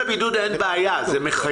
אין בעיה עם זה שהם נכנסים לבידוד.